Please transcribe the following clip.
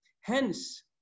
hence